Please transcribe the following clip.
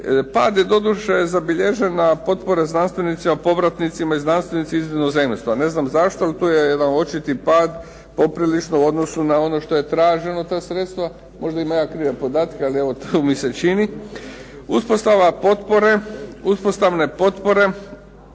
Pad je doduše zabilježena potpora znanstvenicima povratnicima i znanstvenici iz inozemstva. Ne znam zašto, ali tu je jedan očiti pad, poprilično u odnosu na ono što je traženo ta sredstva. Možda ja imam krive podatke, ali evo to mi se čini. Uspostavne potpore to je